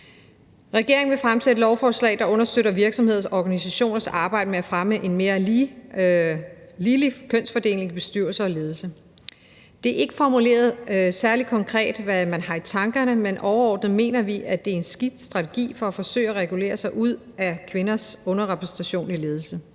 Regeringen vil fremsætte lovforslag, der understøtter virksomheders og organisationers arbejde med at fremme en mere ligelig kønsfordeling i bestyrelser og ledelser. Det er ikke formuleret særlig konkret, hvad man har i tankerne, men overordnet mener vi, at det er en skidt strategi for at forsøge at regulere sig ud af kvinders underrepræsentation i ledelse.